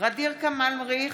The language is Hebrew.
ע'דיר כמאל מריח,